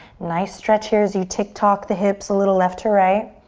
nice stretch here as you tick-tock the hips a little left to right.